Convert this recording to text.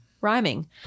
Rhyming